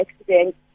accident